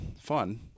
fun